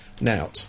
Now